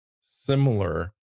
similar